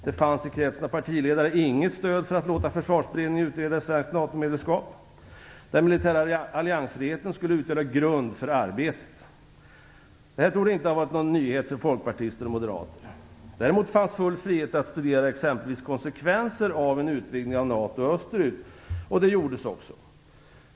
Det fanns i kretsen av partiledare inget stöd för att låta Försvarsberedningen utreda ett svenskt NATO-medlemskap. Den militära alliansfriheten skulle utgöra grund för arbetet. Det torde inte ha varit någon nyhet för folkpartister och moderater. Däremot fanns full frihet att studera exempelvis konsekvenser av en utbyggnad av NATO österut, och det gjordes också.